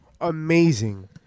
amazing